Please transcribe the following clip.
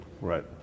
Right